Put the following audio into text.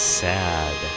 sad